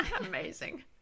Amazing